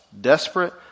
desperate